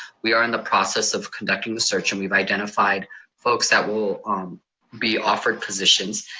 we are in the process of conducting the search, and we've identified folks that will be offered positions.